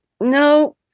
no